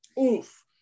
oof